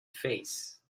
face